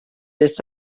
its